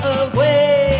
away